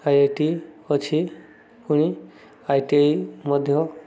I I T ଅଛି ପୁଣି ITI ମଧ୍ୟ